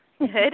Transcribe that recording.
Good